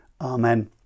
Amen